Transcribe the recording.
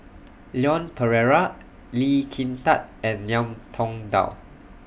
Leon Perera Lee Kin Tat and Ngiam Tong Dow